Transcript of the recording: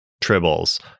tribbles